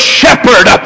shepherd